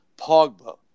Pogba